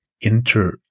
Inter